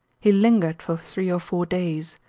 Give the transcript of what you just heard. he lingered for three or four days,